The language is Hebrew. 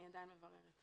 אני עדיין מבררת.